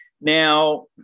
Now